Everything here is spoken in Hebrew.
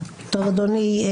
אדוני,